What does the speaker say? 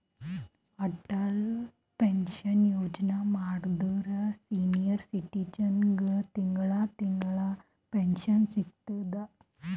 Atal pension Yojana ಮಾಡುದ್ರ senior ಸಿಟಿಜನ್ಗ ತಿಂಗಳಾ ತಿಂಗಳಾ ಪೆನ್ಶನ್ ಸಿಗ್ತುದ್